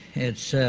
it's